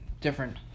different